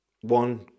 one-